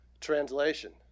Translation